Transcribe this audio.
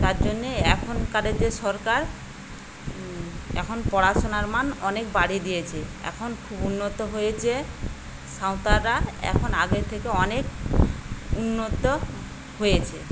তার জন্য এখনকারের যে সরকার এখন পড়াশোনার মান অনেক বাড়িয়ে দিয়েছে এখন খুব উন্নত হয়েছে সাঁওতালরা এখন আগে থেকে অনেক উন্নত হয়েছে